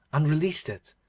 and released it,